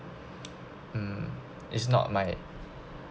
mm is not my